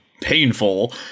painful